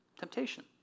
temptation